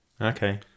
Okay